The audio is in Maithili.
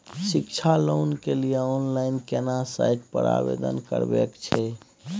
शिक्षा लोन के लिए ऑनलाइन केना साइट पर आवेदन करबैक छै?